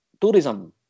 tourism